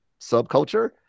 subculture